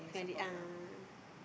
this kind of thing ah